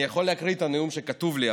אני יכול להקריא את הנאום שכתוב לי,